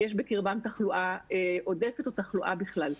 יש בקרבם תחלואה עודפת או תחלואה בכלל.